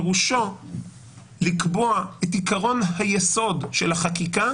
פירושו לקבוע את עיקרון היסוד של החקיקה